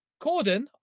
Corden